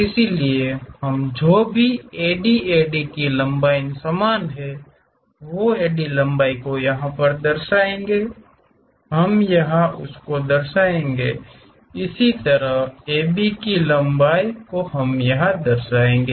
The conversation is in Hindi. इसलिए हम जो भी AD AD की लंबाई समान है वो AD लंबाई को दर्शाएँगे हम यहां उसको यहा दर्शाएँगे इसी तरह AB की लंबाई हम यहा दर्शाएँगे